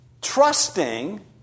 Trusting